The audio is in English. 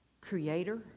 creator